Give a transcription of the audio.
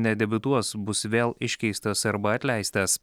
nedebiutuos bus vėl iškeistas arba atleistas